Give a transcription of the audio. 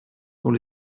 dont